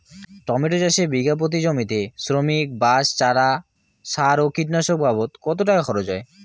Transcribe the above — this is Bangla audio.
টমেটো চাষে বিঘা প্রতি জমিতে শ্রমিক, বাঁশ, চারা, সার ও কীটনাশক বাবদ কত টাকা খরচ হয়?